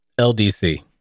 LDC